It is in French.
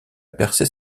percée